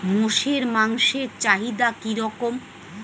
মোষের মাংসের চাহিদা কি রকম?